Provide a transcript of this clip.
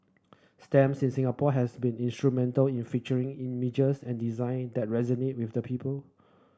stamps in Singapore has been instrumental in featuring images and design that resonate with the people